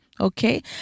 okay